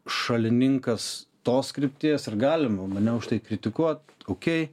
šalininkas tos krypties ar galima mane už tai kritikuot okei